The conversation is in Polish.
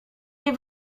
nie